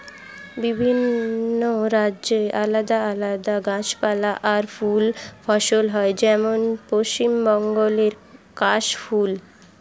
বিভিন্ন রাজ্যে আলাদা আলাদা গাছপালা আর ফুল ফসল হয়, যেমন পশ্চিম বাংলায় কাশ ফুল